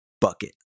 bucket